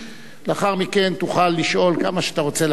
לאחר מכן תוכל לשאול כמה שאתה רוצה,